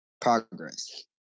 progress